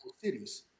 cities